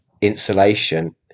insulation